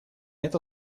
это